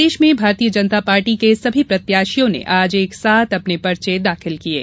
प्रदेश में भारतीय जनता पार्टी के सभी प्रत्याशियों ने आज एकसाथ अपने पर्चे दाखिल किये